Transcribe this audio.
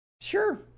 Sure